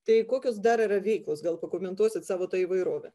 tai kokios dar yra veiklos gal pakomentuosit savo tą įvairovę